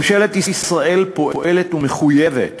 ממשלת ישראל פועלת ומחויבת